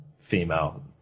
female